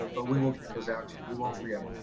ah but we will get those out too, we won't forget.